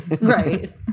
Right